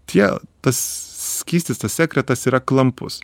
tie tas skystis tas sekretas yra klampus